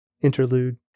Interlude